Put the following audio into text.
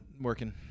working